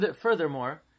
furthermore